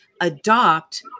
adopt